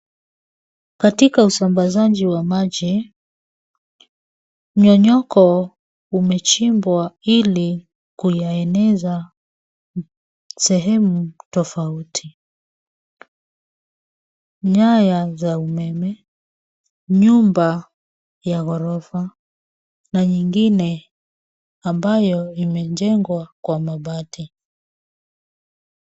Katika usambazaji wa maji, mnyonyoko umechimbwa ili kuyaeneza sehemu tofauti. Nyaya za umeme, nyumba ya ghorofa, na nyingine ambayo imejengwa kwa mabati.